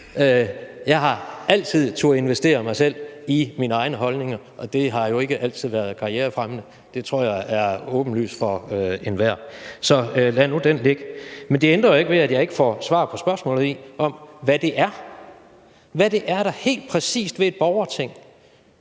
Jeg har altid turdet investere mig selv i mine egne holdninger, og det har jo ikke altid været karrierefremmende. Det tror jeg er åbenlyst for enhver, så lad nu det ligge. Men det ændrer jo ikke ved, at jeg ikke får svar på spørgsmålet om, hvad det er, altså hvad det er, der helt præcist ved et borgerting